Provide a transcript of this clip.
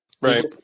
Right